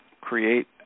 create